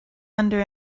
under